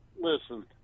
Listen